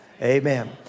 Amen